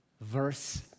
verse